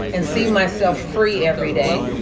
and see myself free every day.